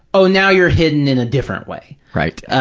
oh, now you're hidden in a different way. right.